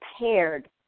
prepared